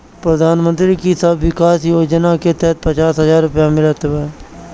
प्रधानमंत्री कृषि विकास योजना के तहत पचास हजार रुपिया मिलत हवे